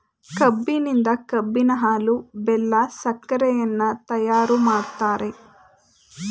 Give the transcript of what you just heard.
ಕಬ್ಬಿನಿಂದ ಕಬ್ಬಿನ ಹಾಲು, ಬೆಲ್ಲ, ಸಕ್ಕರೆಯನ್ನ ತಯಾರು ಮಾಡ್ತರೆ